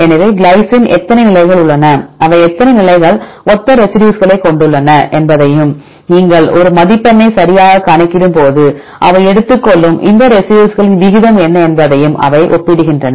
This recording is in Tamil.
எனவே கிளைசின் எத்தனை நிலைகள் உள்ளன அவை எத்தனை நிலைகளை ஒத்த ரெசிடியூஸ்களைக் கொண்டுள்ளன என்பதையும் நீங்கள் ஒரு மதிப்பெண்ணை சரியாகக் கணக்கிடும்போது அவை எடுத்துக்கொள்ளும் இந்த ரெசிடியூஸ்களின் விகிதம் என்ன என்பதையும் அவை ஒப்பிடுகின்றன